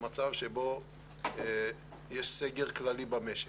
מצב שבו יש סגר כללי במשק.